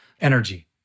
energy